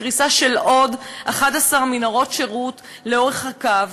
קריסת עוד 11 מנהרות שירות לאורך הקו,